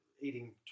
eating